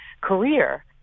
career